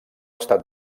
estat